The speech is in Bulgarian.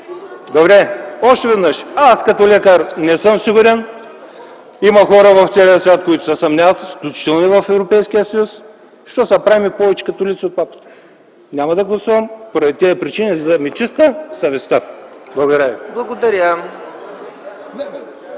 ви казвам, че аз като лекар не съм сигурен. Има хора в целия свят, които се съмняват, включително и в Европейския съюз. Защо се правим на повече католици от папата? Няма да гласувам поради тези причини, за да ми е чиста съвестта. Благодаря